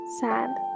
sad